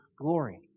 glory